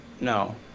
no